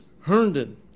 Herndon